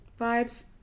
vibes